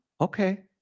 okay